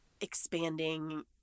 expanding